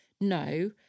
No